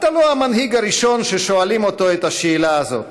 אתה לא המנהיג הראשון ששואלים אותו את השאלה הזאת,